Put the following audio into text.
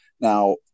now